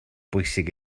bwysig